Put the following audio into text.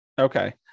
Okay